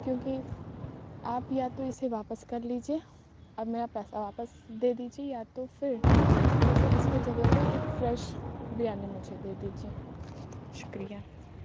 کیونکہ آپ یا تو اسے واپس کر لیجیے اور میرا پیسہ واپس دے دیجیے یا تو پھر مجھے اس کی جگہ پہ ایک فریش بریانی مجھے دے دیجیے شکریہ